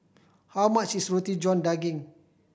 how much is Roti John Daging